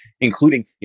including